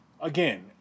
again